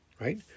right